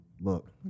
look